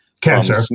Cancer